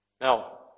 Now